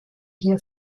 hier